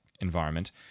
environment